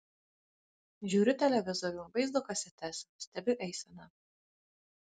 žiūriu televizorių vaizdo kasetes stebiu eiseną